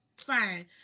fine